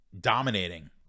dominating